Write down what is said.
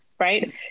right